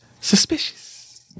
Suspicious